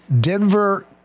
Denver